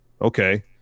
okay